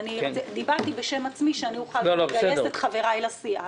דיברתי בשם עצמי, שאני אוכל לגייס את חבריי לסיעה.